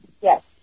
Yes